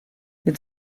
mit